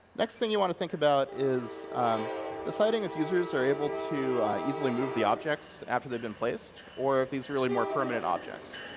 next thing you want to think about is deciding if users are able to easily move the objects after they've been placed or if these are more permanent objects.